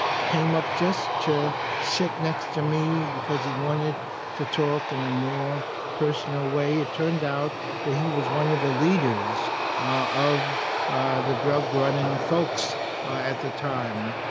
came up to sit next to me because he wanted to talk in a more personal way. it turned out that he was one of the leaders ah of the drug-running folks at the time.